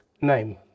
Name